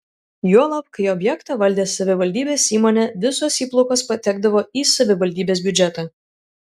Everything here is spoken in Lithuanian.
juolab kai objektą valdė savivaldybės įmonė visos įplaukos patekdavo į savivaldybės biudžetą